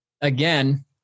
again